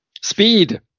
Speed